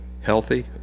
healthy